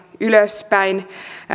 ylöspäin